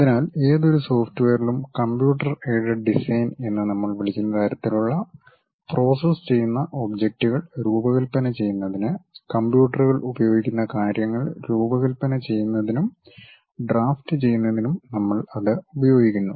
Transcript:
അതിനാൽ ഏതൊരു സോഫ്റ്റ്വെയറിലും കമ്പ്യൂട്ടർ എയ്ഡഡ് ഡിസൈൻ എന്ന് നമ്മൾ വിളിക്കുന്ന തരത്തിലുള്ള പ്രോസസ് ചെയ്യുന്ന ഒബ്ജക്റ്റുകൾ രൂപകൽപ്പന ചെയ്യുന്നതിന് കമ്പ്യൂട്ടറുകൾ ഉപയോഗിക്കുന്ന കാര്യങ്ങൾ രൂപകൽപ്പന ചെയ്യുന്നതിനും ഡ്രാഫ്റ്റുചെയ്യുന്നതിനും നമ്മൾ അത് ഉപയോഗിക്കുന്നു